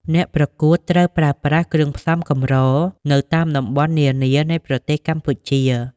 អ្នកប្រកួតត្រូវប្រើប្រាស់ គ្រឿងផ្សំ កម្រនៅតាមតំបន់នានានៃប្រទេសកម្ពុជា។